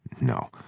No